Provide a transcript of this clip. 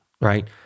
Right